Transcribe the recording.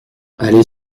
aller